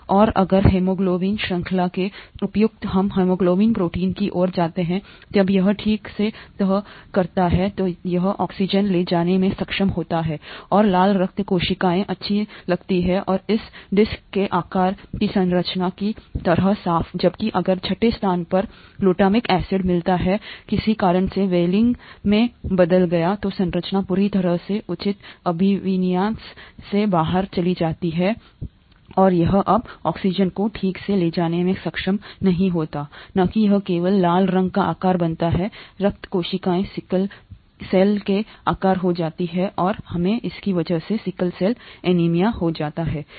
और अगर हेमोग्लोबिन श्रृंखला के उपयुक्त तह हीमोग्लोबिन प्रोटीन की ओर जाता है जब यह ठीक से तह करता है तो यह ऑक्सीजन ले जाने में सक्षम होता है और लाल रक्त कोशिकाएं अच्छी लगती हैं और इस डिस्क के आकार की संरचना की तरह साफ जबकि अगर छठे स्थान पर ग्लूटामिक एसिड मिलता है किसी कारण से वैलिन में बदल गया तो संरचना पूरी तरह से उचित अभिविन्यास से बाहर चली जाती है और यह अब ऑक्सीजन को ठीक से ले जाने में सक्षम नहीं है न कि यह केवल लाल रंग का आकार बनाता है रक्त कोशिकाएं सिकल के आकार की होती हैं और हमें इसकी वजह से सिकल सेल एनीमिया हो जाता है